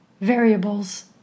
variables